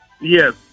Yes